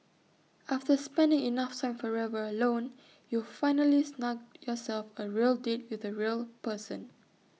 after spending enough time forever alone you've finally snugged yourself A real date with A real person